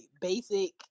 basic